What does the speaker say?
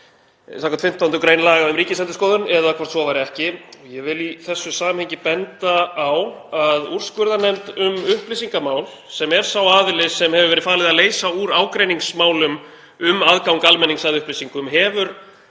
vinnuskjals skv. 15. gr. laga um Ríkisendurskoðun eða hvort svo væri ekki. Ég vil í þessu samhengi benda á að úrskurðarnefnd um upplýsingamál, sem er sá aðili sem hefur verið falið að leysa úr ágreiningsmálum um aðgang almennings að upplýsingum, hefur